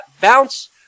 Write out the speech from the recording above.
bounce